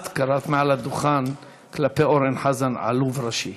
את קראת מעל הדוכן כלפי אורן חזן: עלוב ראשי.